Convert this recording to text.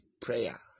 prayer